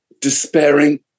despairing